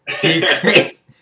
decrease